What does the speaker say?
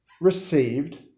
received